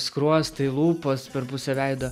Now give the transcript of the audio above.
skruostai lūpos per pusę veido